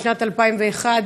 בשנת 2001,